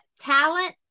Talent